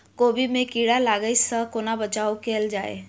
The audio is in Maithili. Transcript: कोबी मे कीड़ा लागै सअ कोना बचाऊ कैल जाएँ?